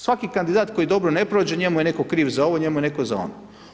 Svaki kandidat koji dobro ne prođe njemu je netko kriv za ovo, njemu je netko za ono.